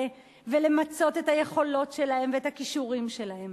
ולמצות את היכולות שלהן ואת הכישורים שלהן.